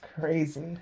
crazy